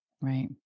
right